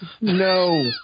no